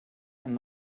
and